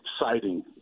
exciting